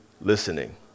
listening